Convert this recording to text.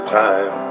time